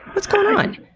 what's going on?